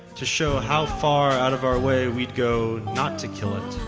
to show how far out of our way we'd go not to kill it.